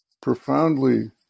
profoundly